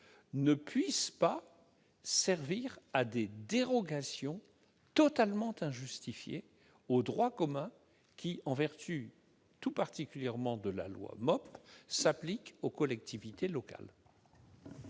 ne puisse pas servir à des dérogations totalement injustifiées au droit commun, qui, en vertu tout particulièrement de la loi MOP, s'applique aux collectivités locales.